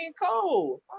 cold